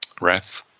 Wrath